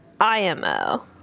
IMO